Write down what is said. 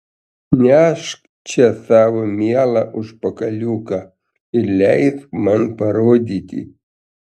nešk čia savo mielą užpakaliuką ir leisk man parodyti